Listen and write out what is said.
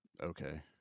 Okay